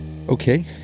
Okay